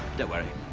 don't worry.